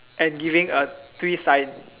and giving a twist sign